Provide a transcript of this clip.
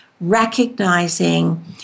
recognizing